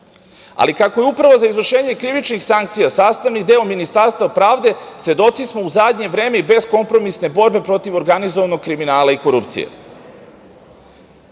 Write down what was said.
života. Kako je Uprava za izvršenje krivičnih sankcija sastavni deo Ministarstva pravde, svedoci smo u zadnje vreme i beskompromisne borbe protiv organizovanog kriminala i korupcije.